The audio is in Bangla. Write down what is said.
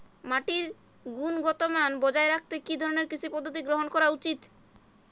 মাটির গুনগতমান বজায় রাখতে কি ধরনের কৃষি পদ্ধতি গ্রহন করা উচিৎ?